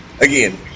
Again